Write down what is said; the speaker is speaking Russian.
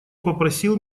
попросил